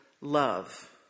love